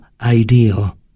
ideal